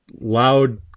Loud